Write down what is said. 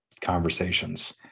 conversations